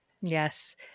yes